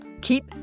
keep